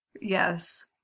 Yes